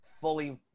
fully